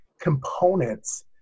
components